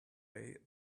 day